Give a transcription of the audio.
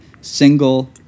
single